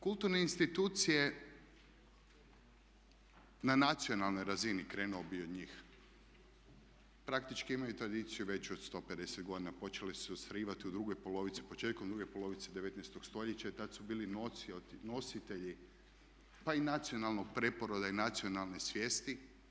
Kulturne institucije na nacionalnoj razini, krenuo bih od njih, praktički imaju tradiciju veću od 150 godina, počele su se ostvarivati u drugoj polovici, početkom druge polovice 19. stoljeća i tada su bili nositelji pa i nacionalnog preporoda i nacionalne svijesti.